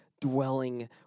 dwelling